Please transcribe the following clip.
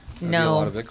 No